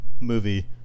Movie